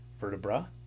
Vertebra